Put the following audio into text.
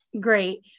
Great